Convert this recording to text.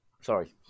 Sorry